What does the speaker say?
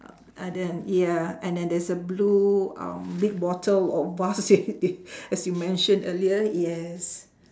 uh then ya and then there's a blue um big bottle of vase as you mention earlier yes